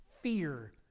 fear